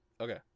Okay